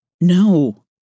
No